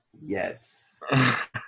Yes